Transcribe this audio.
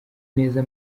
neza